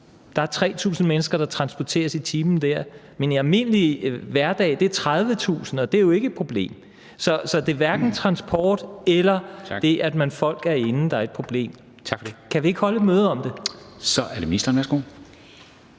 er der 3.000 mennesker, der transporteres i timen dér, men på en almindelig hverdag er det 30.000, og det er jo ikke et problem. Så det er hverken transport eller det, at folk er inde, der er et problem. Kan vi ikke holde et møde om det? Kl. 14:23 Formanden (Henrik